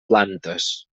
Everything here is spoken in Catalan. plantes